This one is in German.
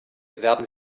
werden